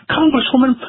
Congresswoman